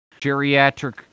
geriatric